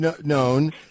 known